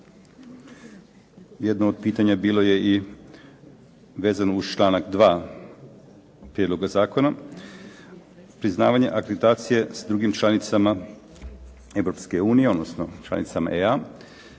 jedno od pitanja bilo je i vezano uz članak 2. prijedloga zakona. Priznavanje akreditacije drugim članicama Europske unije odnosno članicama EA.